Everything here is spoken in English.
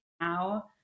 now